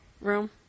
room